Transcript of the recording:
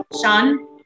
Sean